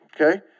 okay